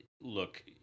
look